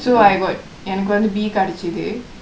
so I got எனக்கு வந்து:enakku vanthu B கடச்சுச்சு:kadachuchu